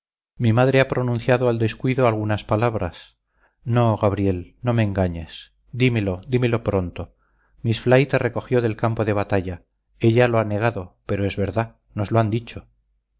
mi madre ha pronunciado al descuido algunas palabras no gabriel no me engañes dímelo dímelo pronto miss fly te recogió del campo de batalla ella lo ha negado pero es verdad nos lo han dicho